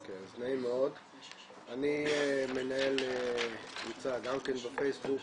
אני מנהל קבוצה גם כן בפייסבוק,